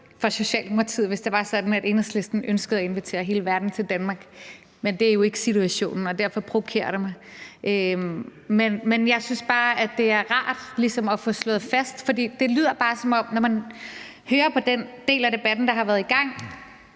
for Socialdemokratiet, hvis det var sådan, at Enhedslisten ønskede at invitere hele verden til Danmark, men det er jo ikke situationen, og derfor provokerer det mig. Men jeg synes bare, det er rart ligesom at få slået det fast, for når man hører på den del af debatten, der har været i gang,